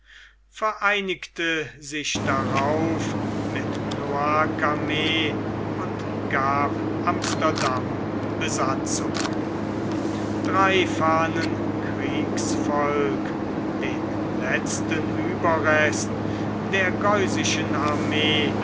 vereinigte sich darauf mit noircarmes und gab amsterdam besatzung drei fahnen kriegsvolk den letzten ueberrest der geusischen armee